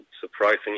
surprising